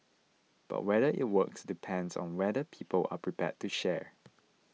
but whether it works depends on whether people are prepared to share